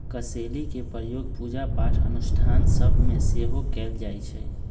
कसेलि के प्रयोग पूजा पाठ अनुष्ठान सभ में सेहो कएल जाइ छइ